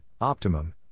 Optimum